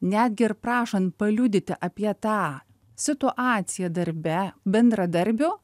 netgi ir prašant paliudyti apie tą situaciją darbe bendradarbio